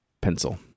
pencil